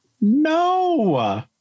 No